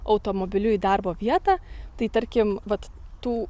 automobiliu į darbo vietą tai tarkim vat tų